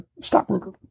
stockbroker